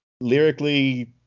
Lyrically